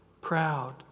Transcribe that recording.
proud